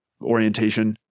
orientation